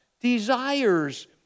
desires